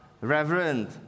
reverend